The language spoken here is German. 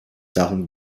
darum